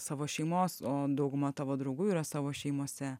savo šeimos o dauguma tavo draugų yra savo šeimose